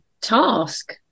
task